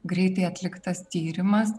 greitai atliktas tyrimas